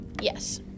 Yes